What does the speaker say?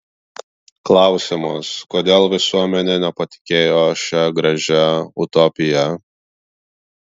klausimas kodėl visuomenė nepatikėjo šia gražia utopija